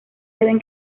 deben